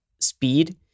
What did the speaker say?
speed